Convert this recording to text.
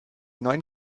neun